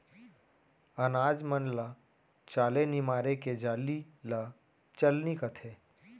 अनाज मन ल चाले निमारे के जाली ल चलनी कथें